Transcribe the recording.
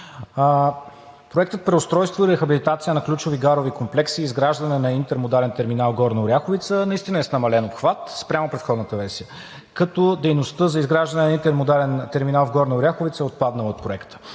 Проектът „Преустройство и рехабилитация на ключови гарови комплекси и изграждане на интермодален терминал – Горна Оряховица“ наистина е с намален обхват спрямо предходната версия, като дейността за изграждане на интермодален терминал в Горна Оряховица отпадна от Проекта.